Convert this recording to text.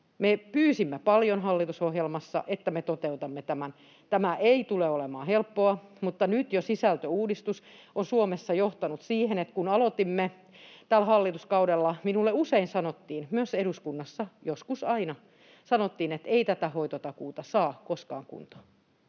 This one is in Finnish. Me pyysimme paljon hallitusohjelmassa, että me toteutamme tämän. Tämä ei tule olemaan helppoa, mutta nyt jo sisältöuudistus on Suomessa johtanut siihen, että kun aloitimme tällä hallituskaudella, minulle usein sanottiin, myös eduskunnassa joskus aina, että ei tätä hoitotakuuta saa koskaan kuntoon.